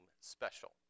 special